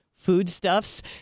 foodstuffs